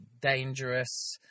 dangerous